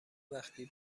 وقتی